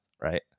right